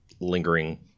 lingering